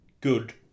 good